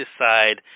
decide